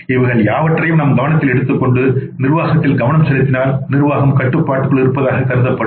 இவைகள் யாவற்றையும் நாம் கவனத்தில் எடுத்துக்கொண்டு நிர்வாகத்தில் கவனம் செலுத்தினால் நிர்வாகம் கட்டுப்பாட்டுக்குள் இருப்பதாக கருதப்படும்